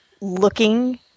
looking